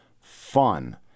fun